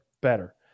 better